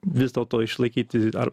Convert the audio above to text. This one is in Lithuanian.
vis dėlto išlaikyti ar